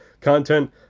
content